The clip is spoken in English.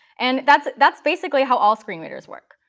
and that's that's basically how all screen readers work.